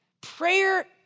Prayer